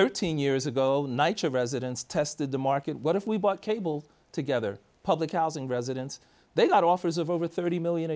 thirteen years ago knights of residence tested the market what if we bought cable together public housing residents they got offers of over thirty million